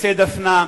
עצי דפנה,